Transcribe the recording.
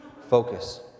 focus